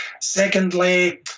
Secondly